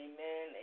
Amen